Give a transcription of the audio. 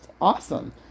awesome